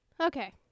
Okay